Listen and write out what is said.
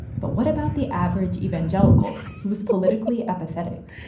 but what about the average evangelical, who was politically apathetic?